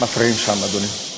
מפריעים כאן, אדוני.